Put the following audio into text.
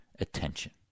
attention